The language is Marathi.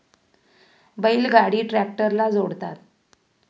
बैल गाडी ट्रॅक्टरला जोडतात